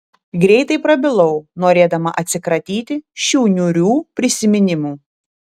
greitai prabilau norėdama atsikratyti šių niūrių prisiminimų